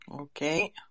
Okay